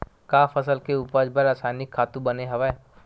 का फसल के उपज बर रासायनिक खातु बने हवय?